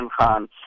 Khan